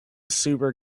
super